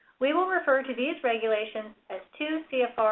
we will refer to these regulations as two cfr,